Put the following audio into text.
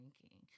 drinking